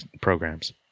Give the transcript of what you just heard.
programs